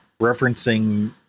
referencing